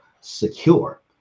secure